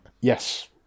Yes